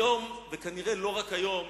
היום, ולא רק היום,